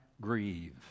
grieve